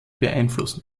beeinflussen